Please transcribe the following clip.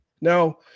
Now